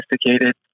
sophisticated